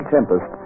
Tempest